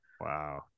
Wow